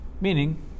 Meaning